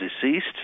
deceased